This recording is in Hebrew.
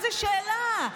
איזו שאלה.